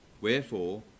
Wherefore